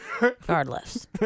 Regardless